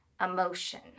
emotion